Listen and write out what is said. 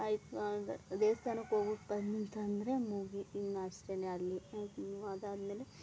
ಆಯಿತು ದೇವಸ್ಥಾನಕ್ ಹೋಗ್ಬಿಟ್ ಬಂತಂದರೆ ಮುಗಿ ಇನ್ನು ಅಷ್ಟೆ ಅಲ್ಲಿ ಆಯ್ತು ಇನ್ನು ಅದಾದ್ಮೇಲೆ